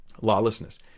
lawlessness